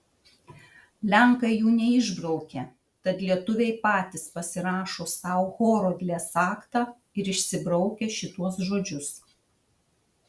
lenkai jų neišbraukė tad lietuviai patys pasirašo sau horodlės aktą ir išsibraukia šituos žodžius